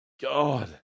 god